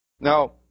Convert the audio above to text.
Now